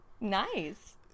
Nice